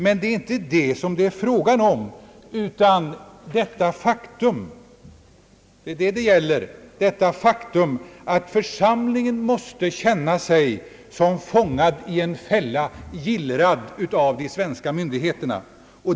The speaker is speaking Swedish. Men det är inte det som det är fråga om, utan vad saken gäller är det faktum att församlingen måste känna sig fångad i en fälla, gillrad av de svenska myndigheterna.